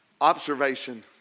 Observation